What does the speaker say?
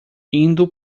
indo